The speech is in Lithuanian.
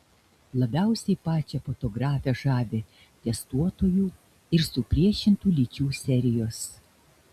labiausiai pačią fotografę žavi testuotojų ir supriešintų lyčių serijos